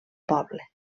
poble